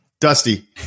Dusty